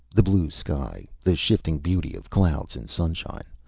the blue sky. the shifting beauty of clouds in sunshine.